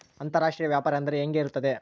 ಅಂತರಾಷ್ಟ್ರೇಯ ವ್ಯಾಪಾರ ಅಂದರೆ ಹೆಂಗೆ ಇರುತ್ತದೆ?